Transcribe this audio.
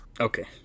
Okay